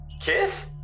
Kiss